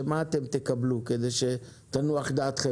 כדי שתנוח דעתכם,